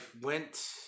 went